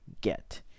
get